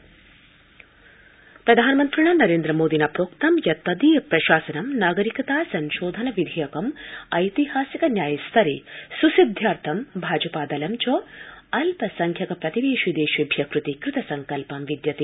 प्रधानमन्त्री एनसीसी प्रधानमन्त्रिणा नेरेन्द्रमोदिना प्रोक्तं यत् तदीय प्रशासनं नागरिकता संशोधन विधेयकम् ऐतिहासिक न्याय स्तरे सुसिद्धयर्थं भाजपादलं च अल्पसंख्यक प्रतिवेशि देशभ्य कृते कृतसंकल्पं विद्यते